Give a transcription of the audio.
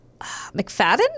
McFadden